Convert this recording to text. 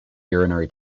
urinary